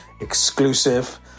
exclusive